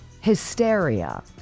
hysteria